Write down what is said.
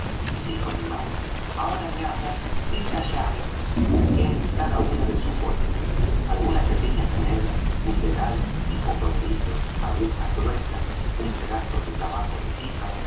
dijo mi madre ahora veamos esa llave busqué en cada una de sus bolsas algunas pequeñas monedas un dedal un poco de hilo agujas gruesas un pedazo de tabaco de pipa